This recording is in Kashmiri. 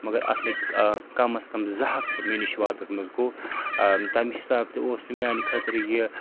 مگر اَتھ لٔگۍ کمَس کم زٕ ہَفتہٕ مےٚ نِش واتَس منٛز گوٚو تَمہِ حِساب تہِ اوس نہٕ میٛانہِ خٲطرٕ یہِ